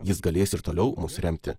jis galės ir toliau remti